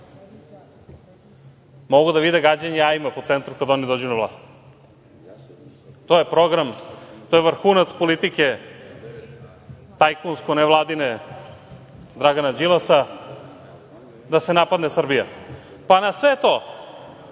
Mogu da vide gađanje jajima po centru kada oni dođu na vlast. To je program, to je vrhunac politike tajkunsko nevladine Dragana Đilasa, da se napadne Srbija. Pa, na sve to,